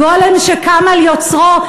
הגולם שקם על יוצרו.